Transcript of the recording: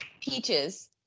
Peaches